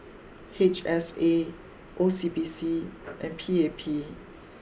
H S A O C B C and P A P